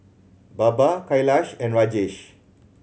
Baba Kailash and Rajesh